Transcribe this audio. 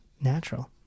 natural